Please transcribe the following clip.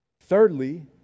Thirdly